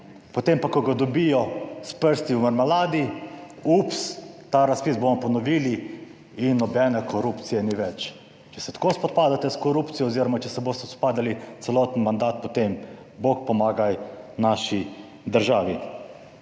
potem pa, ko ga dobijo s prsti v marmeladi, ups, ta razpis bomo ponovili in nobene korupcije ni več. Če se tako spopadate s korupcijo oziroma če se boste spopadali celoten mandat, potem bog pomagaj naši državi.